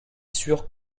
sûr